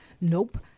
nope